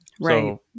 Right